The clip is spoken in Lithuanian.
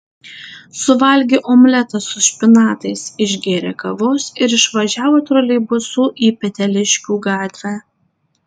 suvalgė omletą su špinatais išgėrė kavos ir išvažiavo troleibusu į peteliškių gatvę